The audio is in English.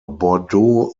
bordeaux